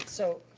so,